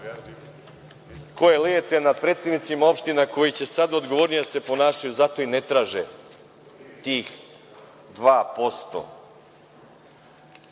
koje lijete nad predsednicima opština koji će sada odgovornije da se ponašaju, a zato i ne traže tih 2%.